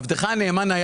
עבדך הנאמן היה